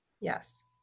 Yes